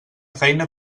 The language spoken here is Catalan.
feina